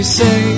say